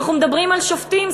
אנחנו מדברים על שופטים.